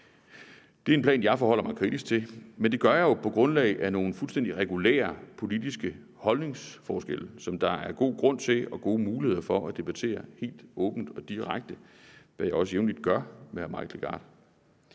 Det er en plan, jeg forholder mig kritisk til, men det gør jeg jo på grundlag af nogle fuldstændig regulære politiske holdningsforskelle, som der er god grund til og gode muligheder for at debattere helt åbent og direkte, hvad jeg også jævnligt gør med hr. Mike Legarth.